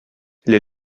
les